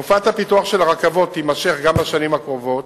תנופת הפיתוח של הרכבות תימשך גם בשנים הקרובות.